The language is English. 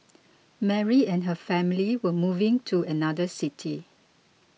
Mary and her family were moving to another city